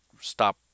stop